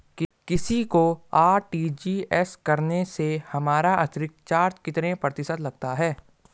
किसी को आर.टी.जी.एस करने से हमारा अतिरिक्त चार्ज कितने प्रतिशत लगता है?